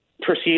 proceed